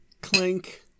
Clink